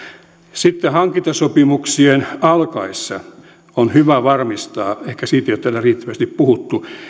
sitten hankintasopimuksien alkaessa on hyvä varmistaa ehkä siitä ei ole täällä riittävästi puhuttu